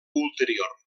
ulterior